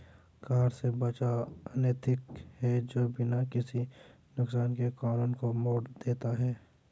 कर से बचाव अनैतिक है जो बिना किसी नुकसान के कानून को मोड़ देता है